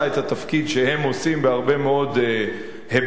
את התפקיד שהם עושים בהרבה מאוד היבטים.